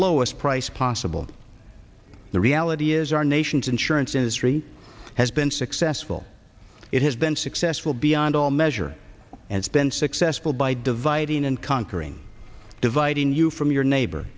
lowest price possible the reality is our nation's insurance industry has been successful it has been successful beyond all measure and spent successful by dividing and conquering dividing you from your neighbor